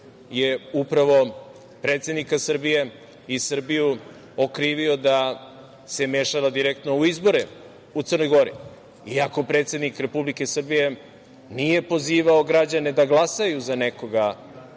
je upravo predsednika Srbije i Srbiju okrivio da se mešala direktno u izbore u Crnoj Gori, iako predsednik Republike Srbije nije pozivao građane da glasaju za nekoga,